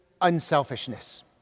unselfishness